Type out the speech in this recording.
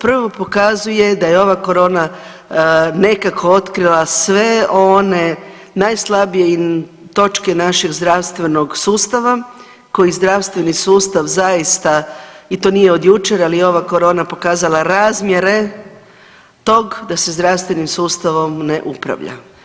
Prvo pokazuje da je ova Corona nekako otkrila sve one najslabije točke našeg zdravstvenog sustava, koji zdravstveni sustav zaista, i to nije od jučer, ali ova Corona pokazala razmjere tog da se zdravstvenim sustavom ne upravlja.